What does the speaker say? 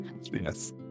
Yes